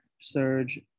Surge